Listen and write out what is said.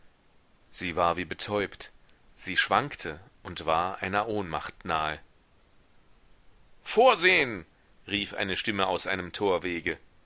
sie war wie betäubt sie schwankte und war einer ohnmacht nahe vorsehen rief eine stimme aus einem torwege